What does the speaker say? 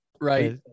right